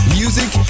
music